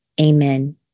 Amen